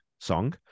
song